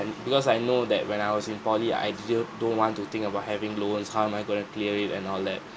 because I know that when I was in poly I didn't don't want to think about having loans how am I going to clear it and all that